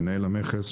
מנהל המכס,